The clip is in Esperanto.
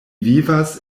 vivas